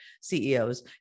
CEOs